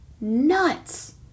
nuts